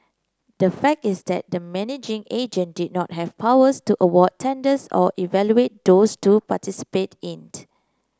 the fact is that the managing agent did not have powers to award tenders or evaluate those to participated in